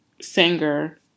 singer